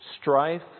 Strife